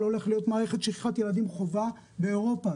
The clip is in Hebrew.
הולכת להיות מערכת שכחת ילדים חובה באירופה.